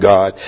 God